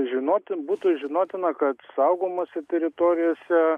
žinoti būtų žinotina kad saugomose teritorijose